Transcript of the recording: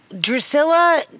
Drusilla